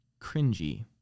cringy